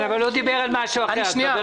דיברת